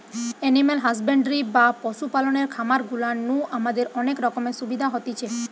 animal husbandry বা পশু পালনের খামার গুলা নু আমাদের অনেক রকমের সুবিধা হতিছে